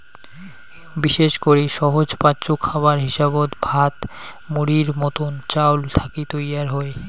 বিশেষ করি সহজপাচ্য খাবার হিসাবত ভাত, মুড়ির মতন চাউল থাকি তৈয়ার হই